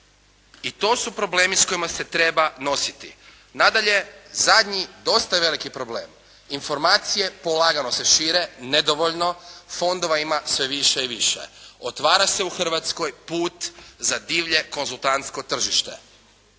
i to su problemi s kojima se treba nositi. Nadalje, zadnji dosta je veliki problem. Informacije polagano se šire, nedovoljno, fondova ima sve više i više, otvara se u Hrvatskoj put za divlje konzultantsko tržište.